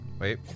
Wait